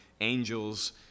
angels